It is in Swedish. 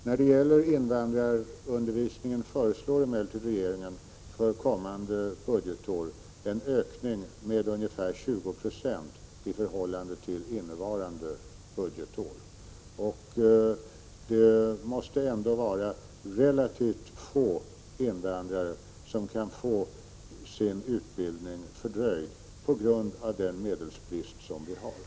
När det gäller invandrarundervisningen kommande budgetår föreslår regeringen emellertid en ökning med ungefär 20 20 i förhållande till innevarande budgetår. Det måste ändå vara relativt få invandrare som får sin utbildning fördröjd på grund av den medelsbrist som finns.